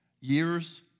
years